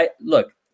Look